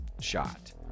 shot